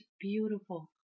beautiful